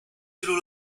tylu